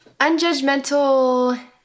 unjudgmental